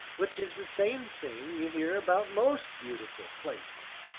which is the same thing you hear about most beautiful places.